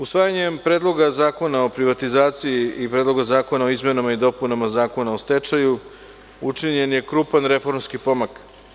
Usvajanjem Predloga zakona o privatizaciji i Predloga zakona o izmenama i dopunama Zakona o stečaju, učinjen je krupan reformski pomak.